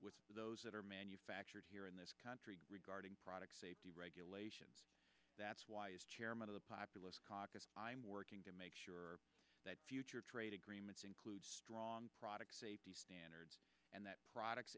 with those that are manufactured here in this country regarding products safety regulations that's why as chairman of the populous caucus i'm working to make sure that future trade agreements include strong product safety standards and that products